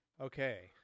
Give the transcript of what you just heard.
okay